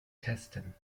testen